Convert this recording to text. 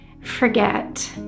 forget